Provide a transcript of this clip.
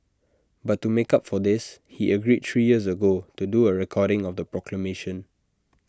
but to make up for this he agreed three years ago to do A recording of the proclamation